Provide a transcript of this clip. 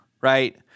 right